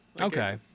Okay